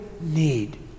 need